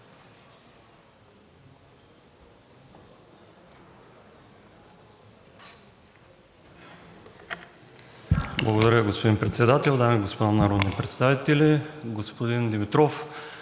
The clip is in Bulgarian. Благодаря, господин Председател. Дами и господа народни представители! Господин Димитров,